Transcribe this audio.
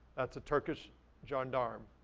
that's a turkish gendarm.